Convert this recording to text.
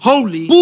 Holy